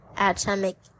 Atomic